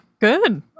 good